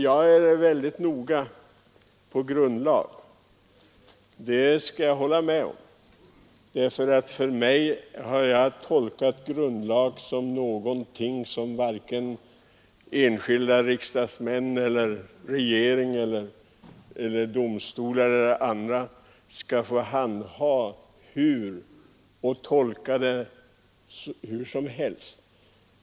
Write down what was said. Jag håller med om att jag är väldigt noga med grundlagen. För mig är grundlag någonting som enskilda riksdagsmän, regering eller domstolar inte får handha och tolka hur som helst.